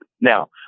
Now